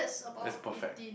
it's perfect